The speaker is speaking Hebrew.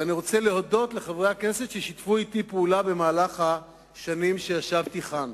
ואני רוצה להודות לחברי הכנסת ששיתפו אתי פעולה במהלך השנים שישבתי כאן.